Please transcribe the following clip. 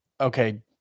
okay